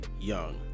young